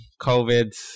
COVID